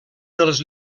dels